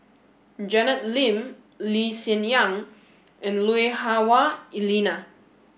Janet Lim Lee Hsien Yang and Lui Hah Wah Elena